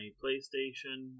Playstation